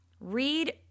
Read